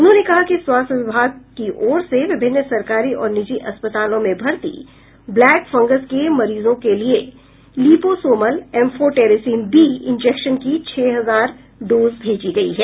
उन्होंने कहा कि स्वास्थ्य विभाग की ओर से विभिन्न सरकारी और निजी अस्पतालों में भर्ती ब्लैक फंगस के मरीजों के लिए लिपोसोमल एफोटेरिसीन बी इंजेक्शन की छह हजार डोज भेजी गयी है